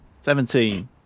Seventeen